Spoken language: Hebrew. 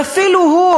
ואפילו הוא,